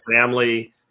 family